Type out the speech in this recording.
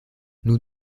nous